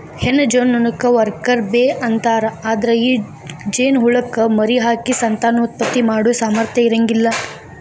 ಹೆಣ್ಣ ಜೇನನೊಣಕ್ಕ worker bee ಅಂತಾರ, ಅದ್ರ ಈ ಜೇನಹುಳಕ್ಕ ಮರಿಹಾಕಿ ಸಂತಾನೋತ್ಪತ್ತಿ ಮಾಡೋ ಸಾಮರ್ಥ್ಯ ಇರಂಗಿಲ್ಲ